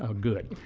ah good.